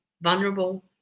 vulnerable